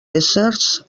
éssers